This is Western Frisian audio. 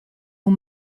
oer